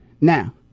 Now